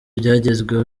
ibyagezweho